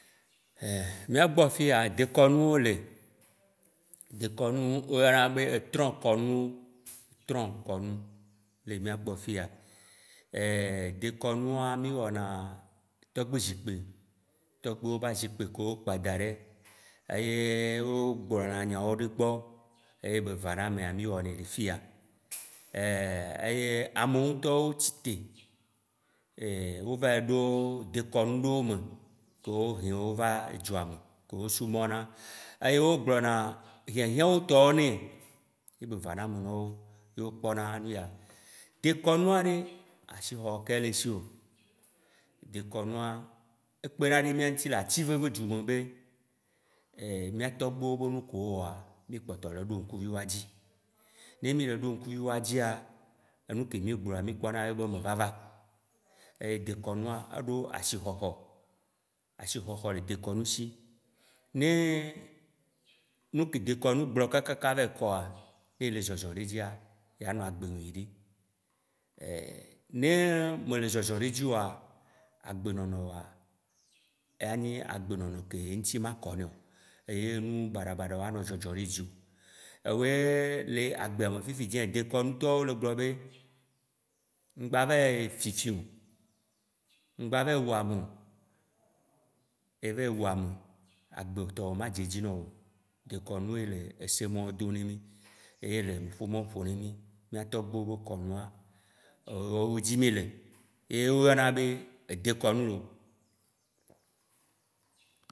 Mia gbɔ fiya, dekɔnuwo li, dekɔnu yi wo yɔna be trɔ̃kɔnuwo, trɔ̃kɔnu, dekɔnua, mì wɔna tɔgbe zikpi, tɔgbiwo ba azikpi yiwo kpa da ɖe eye wo gblɔna nyawo ɖe gbɔ ye be va na emea, mì wɔ nɛ le fiya. ye amewo ŋtɔwo tsite wo va yi ɖo dekɔnu ɖowo me kewo hewo va edzua me kewo subɔna. Eye wo gblɔna hiãhiã wotɔwo ne be va na me nawo, ye wo kpɔna nuya dekɔnua ɖe, asixɔxɔ ka ye le esio? Dekɔnua, ekpena ne mìa ŋti le ative be dzu me be mìa tɔgbewo be nuke wo wɔa, mì kpɔtɔ le ɖo ŋkuvi woa dzi, ne mì le ɖo ŋkuvi woa dzia, enuke mì gblɔa ekpɔna emevava. Dekɔnua, eɖo asixɔxɔ, asixɔxɔ le dekɔnu shi, ne neke dekɔnu gblɔ̃ kakaka va yi kɔa, ne le zɔzɔ le edzia, ya nɔa gbe nyuiɖe, ne mele zɔzɔ le edzi oa, agbenynɔ woa, anye agbenɔnɔ ke eŋti ma kɔ nɛo, eye nu baɖabaɖawo anɔ dzɔ ɖe dziwo. Ewoe agbe ya me fifidzĩ, dekɔnutɔwo le gbɔgblɔm be mgba va yi fifi o, mgba va yi wu ame o, eva yi wu ame, agbe tɔwo madze edzi na wò o ɖe. Dekɔnu ye le ese mɔwo dom ne mì, ye le nuƒo mɔwo ƒom ne mì. Mìa tɔgbuiwo be kɔnua, woawo dzi mì le, woawo yɔna be edekɔnu loo.